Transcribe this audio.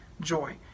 joy